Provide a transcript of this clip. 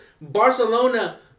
Barcelona